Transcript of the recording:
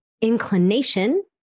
inclination